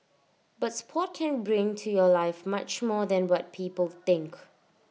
but Sport can bring to your life much more than what people think